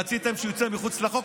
רציתם שהם יצאו מחוץ לחוק,